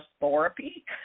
therapy